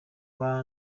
kuba